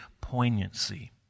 poignancy